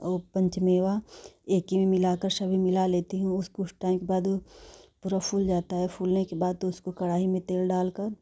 और पंचमेवा एक ही में मिलाकर सभी मिला लेती हूँ उसको उस टाइम बाद पूरा फ़ूल जाता है फूलने के बाद उसको कढ़ाई में तेल डालकर